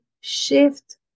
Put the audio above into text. shift